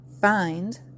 find